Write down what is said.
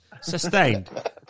Sustained